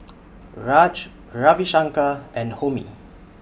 Raj Ravi Shankar and Homi